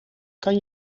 kan